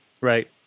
Right